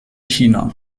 china